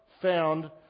found